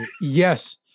Yes